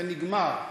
זה נגמר,